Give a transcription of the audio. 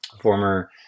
Former